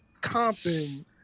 Compton